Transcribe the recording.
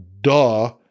duh